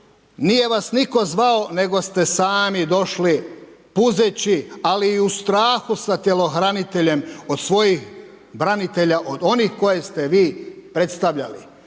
nije vas nitko zvao nego ste sami došli puzeći ali i u strahu sa tjelohraniteljem od svojih branitelja, od onih koje ste vi predstavljali.